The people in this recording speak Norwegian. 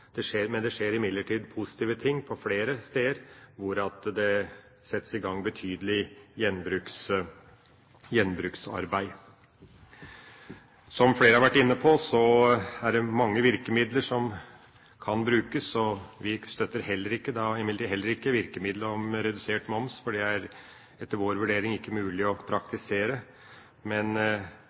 Men det skjer positive ting på flere steder, der det settes i gang betydelig gjenbruksarbeid. Som flere har vært inne på, er det mange virkemidler som kan brukes. Vi støtter imidlertid heller ikke et virkemiddel som redusert moms, for det er etter vår vurdering ikke mulig å praktisere. Men